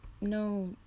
no